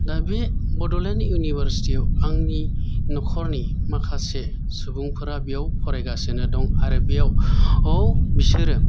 दा बे बड'लेण्ड इउनिभारसिटि याव आंनि नखरनि माखासे सुबुंफोरा बेयाव फरायगासिनो दं आरो बेयाव बिसोरो